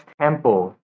Temple